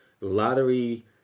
lottery